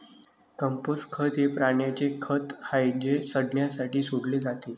compost खत हे प्राण्यांचे खत आहे जे सडण्यासाठी सोडले जाते